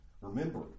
Remember